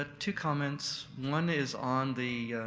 ah two comments, one is on the.